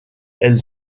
elle